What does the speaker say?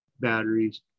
batteries